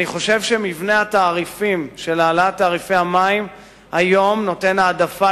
אני חושב שמבנה התעריפים של העלאת תעריפי המים היום נותן העדפה,